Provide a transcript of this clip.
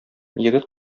егет